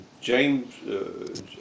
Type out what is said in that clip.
James